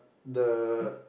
the